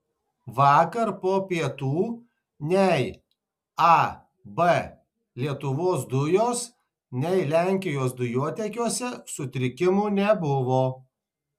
vakar po pietų nei ab lietuvos dujos nei lenkijos dujotiekiuose sutrikimų nebuvo